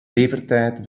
levertijd